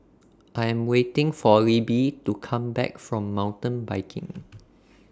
I Am waiting For Libby to Come Back from Mountain Biking